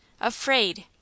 afraid